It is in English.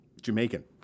Jamaican